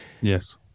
Yes